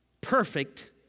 perfect